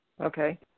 Okay